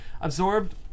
Absorbed